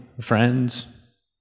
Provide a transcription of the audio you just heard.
friends